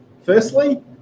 Firstly